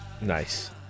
Nice